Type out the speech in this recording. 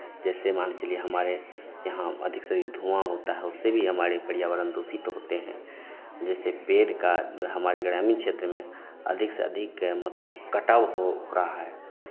जैसे मान के चलिए हमारे यहाँ अधिक से अधिक धुआँ होता है उससे भी हमारे पर्यावरण दुषित होते हैं जैसे पेड़ का जो है हमारे ग्रामीण क्षेत्र में अधिक से अधिक मतलब कटाव हो रहा है